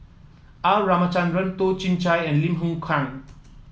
R Ramachandran Toh Chin Chye and Lim Hng Kiang